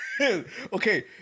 Okay